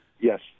Yes